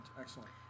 Excellent